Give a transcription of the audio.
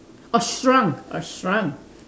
oh shrunk oh shrunk